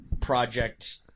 project